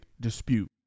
dispute